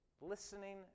listening